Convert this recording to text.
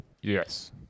Yes